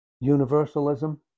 universalism